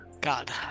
god